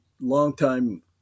longtime